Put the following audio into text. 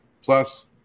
Plus